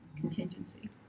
contingency